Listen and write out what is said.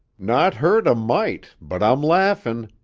not hurt a mite, but i'm laughin'!